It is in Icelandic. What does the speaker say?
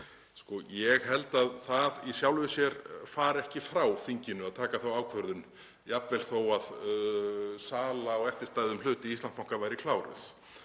Ég held að það fari í sjálfu sér ekki frá þinginu að taka þá ákvörðun jafnvel þó að sala á eftirstæðum hlut í Íslandsbanka væri kláruð.